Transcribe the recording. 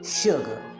sugar